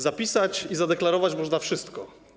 Zapisać i zadeklarować można wszystko.